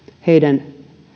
heidän